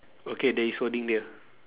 okay there is wording there